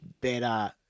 better